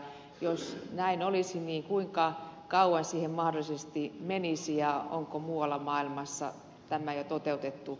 jos näin olisi kuinka kauan siihen mahdollisesti menisi ja onko muualla maailmassa tämä jo toteutettu